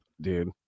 dude